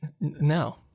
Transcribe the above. no